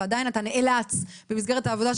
ועדיין אתה נאלץ במסגרת העבודה שלך,